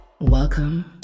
Welcome